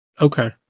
Okay